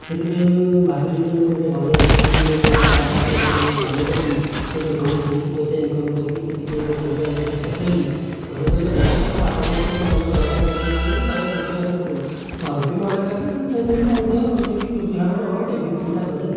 ସେ'ଥିପାଇଁ ମୁଁ ଭାବିଲି ଯେ ମୁଁ ଗୋଟେ ଭଲ ରୋଷେଇ ହେଇକି ଯଦି ଗୋଟେ ଷ୍ଟାର ହୋଟେଲରେ ମୁଁ କାମ କରିବି ହୁଏତ ବହୁ ବହୁତ ପଇସା ଇନ୍କମ୍ କରିବି ସେଥିପାଇଁ ମୋ' ପରିବାରକି ଯେତେବେଳେ ପଚାରିଲି ଘରେ କହିଲେ ନା ତୁ ତ ପାଠ ପଢ଼ୁଛୁ ଗୋଟିଏ ଭଲ ସରକାରୀ ଚାକିରୀ କରିବୁ କାହିଁକି ଏଇ ରୋଷେଇବାସ କରିବୁ ଘରେ ବି ମନା କରିଦେଲେ ତେଣୁ ସେଦିନଠୁ ମୁଁ ବି ଆଉ ରୋଷେଇକି ବୃତ୍ତି ଭାବରେ ନେବାକୁ କେବେ ବି ଚିନ୍ତା କରିନାହିଁ